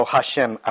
Hashem